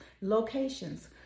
locations